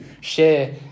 share